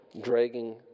dragging